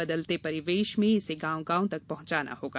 बदले परिवेश में इसे गांव गांव तक पहंचाना होगा